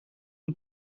who